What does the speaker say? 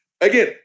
Again